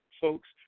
folks